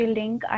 link